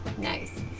Nice